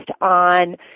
on